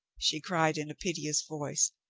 she cried in a piteous voice.